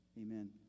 amen